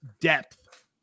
depth